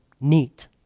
neat